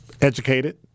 educated